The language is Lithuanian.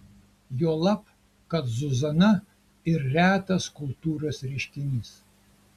juolab kad zuzana ir retas kultūros reiškinys